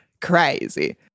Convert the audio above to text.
Crazy